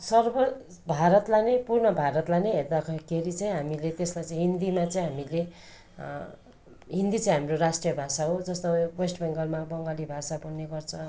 सर्व भारतलाई नै पूर्ण भारतलाई नै हेर्दाखेरि चाहिँ हामीले त्यसमा चाहिँ हिन्दीमा चाहिँ हामीले हिन्दी चाहिँ हाम्रो राष्ट्रिय भाषा हो जस्तो अब यो वेस्ट बङ्गालमा बङ्गाली भाषा बोल्नेगर्छ